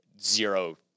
zero